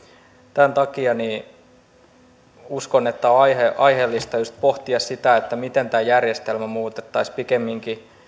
tämän takia uskon että on aiheellista aiheellista just pohtia sitä miten tämä järjestelmä muutettaisiin pikemminkin